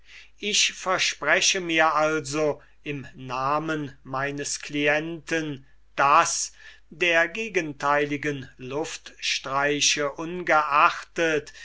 ich verspreche mir also im namen meines clienten daß der gegenteilischen luftstreiche ungeachtet